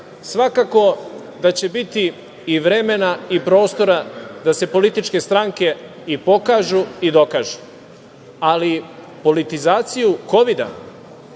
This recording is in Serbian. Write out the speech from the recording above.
zadatak. Svakako da će biti i vremena i prostora da se političke stranke i pokažu i dokažu, ali politizaciju COVID,